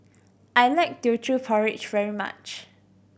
I like Teochew Porridge very much